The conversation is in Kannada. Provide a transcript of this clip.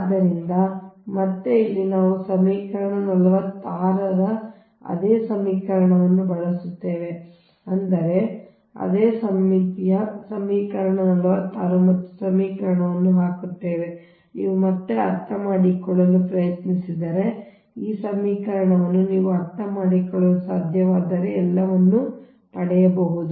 ಆದ್ದರಿಂದ ಮತ್ತೆ ಇಲ್ಲಿ ನಾವು ಸಮೀಕರಣ 46 ರ ಅದೇ ಸಮೀಕರಣವನ್ನು ಬಳಸುತ್ತೇವೆ ಅಂದರೆ ಅದೇ ಸಮೀಕರಣ ಈ ಸಮೀಕರಣ 46 ಮತ್ತೆ ನಾವು ಈ ಸಮೀಕರಣವನ್ನು ಹಾಕುತ್ತೇವೆ ನೀವು ಮತ್ತೆ ಅರ್ಥಮಾಡಿಕೊಳ್ಳಲು ಪ್ರಯತ್ನಿಸಿದರೆ ಈ ಸಮೀಕರಣವನ್ನು ನೀವು ಅರ್ಥಮಾಡಿಕೊಳ್ಳಲು ಸಾಧ್ಯವಾದರೆ ನೀವು ಎಲ್ಲವನ್ನೂ ಪಡೆಯಬಹುದು